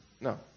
No